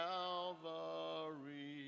Calvary